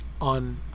on